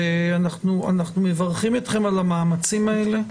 ואנחנו מברכים אתכם על המאמצים האלה.